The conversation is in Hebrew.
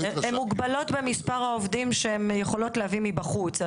הן מוגבלות במספר העובדים שהן יכולות להביא מבחוץ.